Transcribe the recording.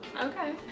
Okay